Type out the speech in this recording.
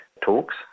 talks